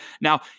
Now